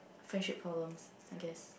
friendship problem I guess